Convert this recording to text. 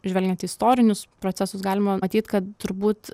žvelgiant į istorinius procesus galima matyti kad turbūt